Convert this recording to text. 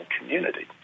community